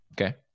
okay